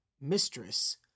Mistress